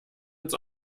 ins